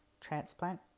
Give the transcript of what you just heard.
transplant